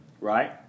right